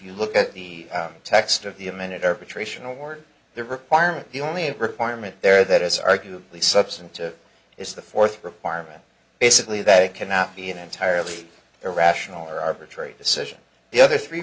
you look at the text of the a minute arbitration award there requirement the only requirement there that is arguably substantive is the fourth requirement basically that it cannot be an entirely irrational or arbitrary decision the other three